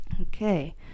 okay